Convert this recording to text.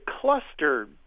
cluster